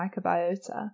microbiota